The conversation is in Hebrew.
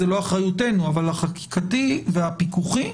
זה לא אחריותנו, אבל החקיקתי והפיקוחי,